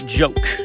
joke